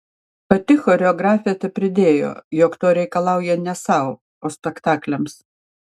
pati choreografė tepridėjo jog to reikalauja ne sau o spektakliams